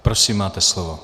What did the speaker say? Prosím, máte slovo.